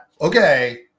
okay